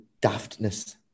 daftness